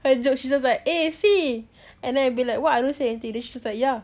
her joke she's just like eh see and then it be like eh what I don't say anything then she's like ya